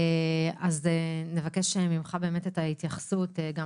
נבקש באמת את ההתייחסות לדברים האלה,